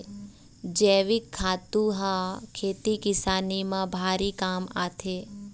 जइविक खातू ह खेती किसानी म भारी काम आथे